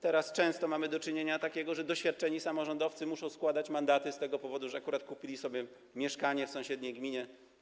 Teraz często mamy do czynienia z taką sytuacją, że doświadczeni samorządowcy muszą składać mandaty z tego powodu, że akurat kupili sobie mieszkanie w sąsiedniej gminie.